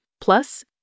plus